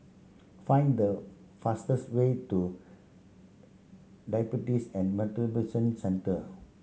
find the fastest way to Diabetes and Metabolism Centre